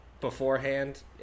beforehand